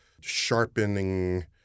sharpening